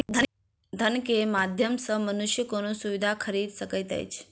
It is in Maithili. धन के माध्यम सॅ मनुष्य कोनो सुविधा खरीदल सकैत अछि